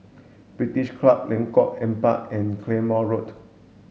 British Club Lengkok Empat and Claymore Road